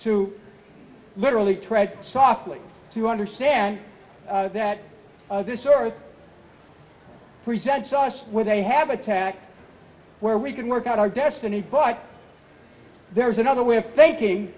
to literally tread softly to understand that this earth present source where they have attack where we can work out our destiny but there is another way of thinking